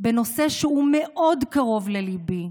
בנושא שהוא מאוד קרוב לליבי,